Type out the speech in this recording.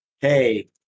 hey